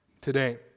today